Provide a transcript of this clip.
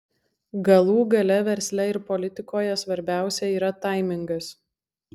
galų gale versle ir politikoje svarbiausia yra taimingas